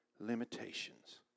limitations